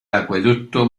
acueducto